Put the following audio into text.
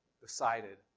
decided